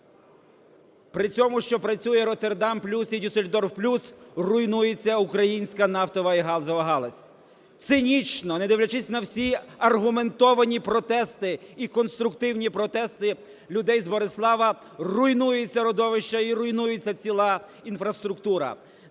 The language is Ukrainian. При цьому, що працює "Роттердам плюс" і "Дюссельдорф плюс" руйнується українська нафтова і газова галузь. Цинічно, не дивлячись на всі аргументовані протести і конструктивні протести людей з Борислава, руйнуються родовища і руйнується ціла інфраструктура.